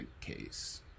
case